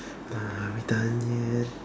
are we done yet